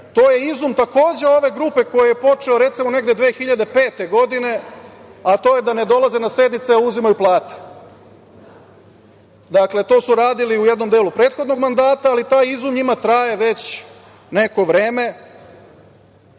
to je izum takođe ove grupe koji je počeo negde, recimo, 2005. godine, a to je da ne dolaze na sednice a uzimaju plate. Dakle, to su radili u jednom delu prethodnog mandata, ali taj izum njima traje već neko vreme.